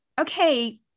okay